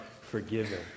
forgiven